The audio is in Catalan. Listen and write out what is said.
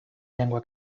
llengua